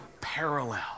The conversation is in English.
parallel